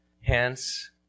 Hence